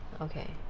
Okay